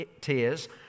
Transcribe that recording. tears